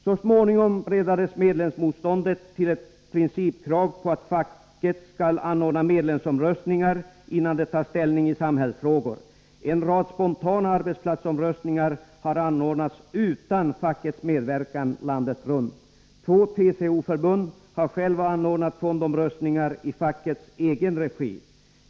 Så småningom breddades medlemsmotståndet till ett principkrav på att facket skall anordna medlemsomröstningar, innan det tar ställning i samhällsfrågor. En rad spontana arbetsplatsomröstningar har anordnats utan fackets medverkan landet runt. Två TCO-förbund har själva anordnat fondomröst ningar i fackets egen regi.